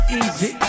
easy